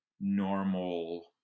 normal